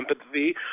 empathy